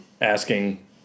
asking